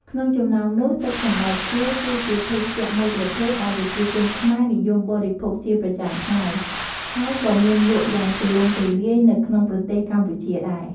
ក្នុងចំណោមនោះ ទឹកសណ្ដែកខៀវ គឺជាភេសជ្ជៈមួយប្រភេទដែលប្រជាជនខ្មែរនិយមបរិភោគជាប្រចាំថ្ងៃ ហើយក៏មានលក់យ៉ាងទូលំទូលាយនៅក្នុងប្រទេសកម្ពុជាដែរ។